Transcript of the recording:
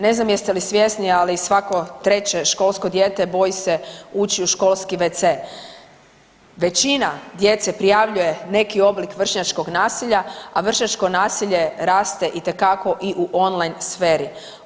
Ne znam jeste li svjesni ali svako treće školsko dijete boji se ući u školski wc, većina djece prijavljuje neki oblik vršnjačkog nasilja, a vršnjačko nasilje raste itekako i u on line sferi.